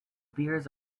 beers